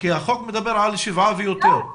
החוק מדבר על שבעה ילדים ויותר.